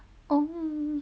oh